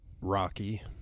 Rocky